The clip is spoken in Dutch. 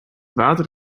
water